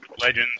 Legends